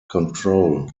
control